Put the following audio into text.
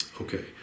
Okay